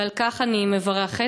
ועל כך אני מברכת.